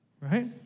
right